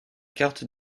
cartes